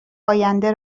آینده